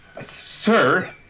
Sir